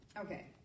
okay